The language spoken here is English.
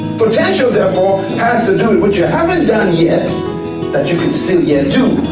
potential therefore what you haven't done yet that you can still yet do.